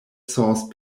source